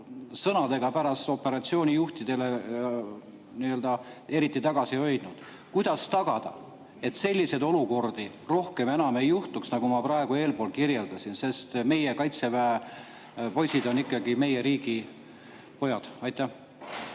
sõnu operatsiooni juhtidele eriti tagasi ei hoidnud. Kuidas tagada, et selliseid olukordi rohkem enam ei juhtuks, nagu ma praegu kirjeldasin? Meie Kaitseväe poisid on ikkagi meie riigi pojad. Aitäh,